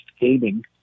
gaming